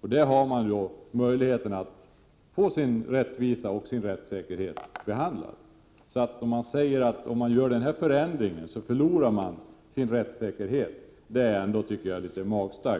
Rättssäkerheten är alltså tillgodosedd. Det är därför litet magstarkt att ta till orden att man förlorar sin rättssäkerhet om denna förändring görs.